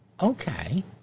Okay